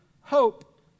hope